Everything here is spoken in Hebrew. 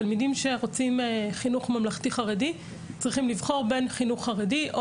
תלמידים שרוצים חינוך ממלכתי חרדי צריכים לבחור בין חינוך חרדי או